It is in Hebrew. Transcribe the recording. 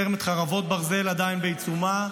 מלחמת חרבות ברזל עדיין בעיצומה,